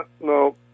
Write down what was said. No